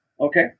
Okay